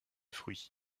fruits